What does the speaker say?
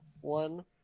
one